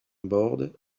board